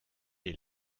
est